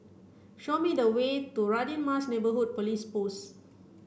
show me the way to Radin Mas Neighbourhood Police Post